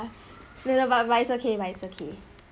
ya but but it's okay but it's okay